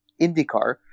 IndyCar